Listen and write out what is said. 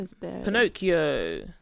Pinocchio